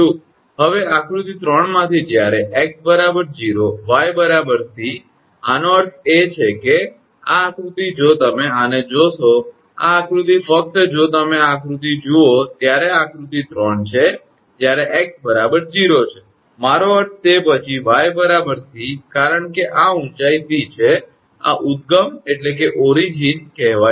હવે આકૃતિ 3 માંથી જ્યારે 𝑥 0 𝑦 𝑐 આનો અર્થ એ છે કે આ આકૃતિ જો તમે આને જોશો કે આ આકૃતિ ફક્ત જો તમે આ આકૃતિ જુઓ ત્યારે આ આકૃતિ 3 છે જ્યારે 𝑥 0 છે મારો અર્થ તે પછી 𝑦 𝑐 કારણ કે આ ઊંચાઇ 𝑐 છે આ ઉદ્ગમ કહેવાય છે